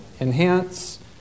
enhance